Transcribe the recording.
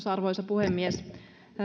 arvoisa puhemies